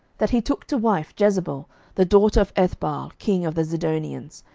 that he took to wife jezebel the daughter of ethbaal king of the zidonians,